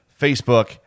Facebook